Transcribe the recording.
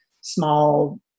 small